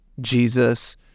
Jesus